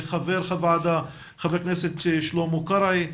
חבר הוועדה חבר הכנסת שלמה קרעי,